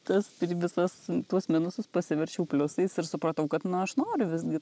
tas ir visas tuos minusus pasiverčiau pliusais ir supratau kad nu aš noriu visgi